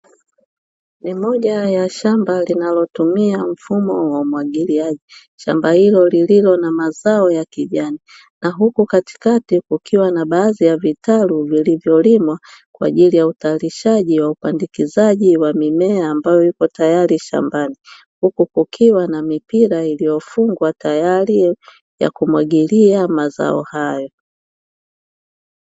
Ni moja ya shamba linalotumia mfumo wa umwagiliaji. Shamba hilo lililo na mazao ya kijani na huku katikati kukiwa na baadhi ya vitalu vilivyolimwa kwa ajili ya utayarishaji wa upandikizaji wa mimea ambayo ipo tayari shambani, huku kukiwa na mipira iliyofungwa tayari ya kumwagilia mazao hayo.